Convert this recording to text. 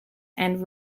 and